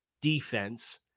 defense